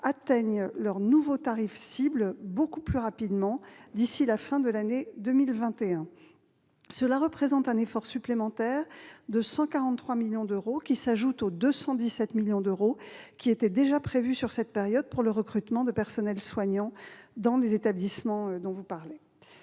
atteignent leurs nouveaux tarifs cibles beaucoup plus rapidement, d'ici à la fin de l'année 2021. Cela représente un effort supplémentaire de 143 millions d'euros, qui s'ajoutent aux 217 millions d'euros qui étaient déjà prévus sur cette période pour le recrutement de personnels soignants dans ces établissements. Dans le